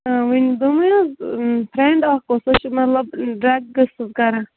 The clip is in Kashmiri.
آ ؤنِو دوٚپمے نہ حظ فرنڈ اکھ اوس سۄ چھِ مَطلَب ڈرگس حظ کران